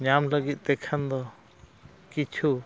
ᱧᱟᱢ ᱞᱟᱹᱜᱤᱫ ᱛᱮᱠᱷᱟᱱ ᱫᱚ ᱠᱤᱪᱷᱩ